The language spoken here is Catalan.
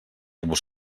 vos